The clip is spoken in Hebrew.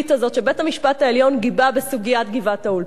שבית-המשפט העליון גיבה בסוגיית גבעת-האולפנה.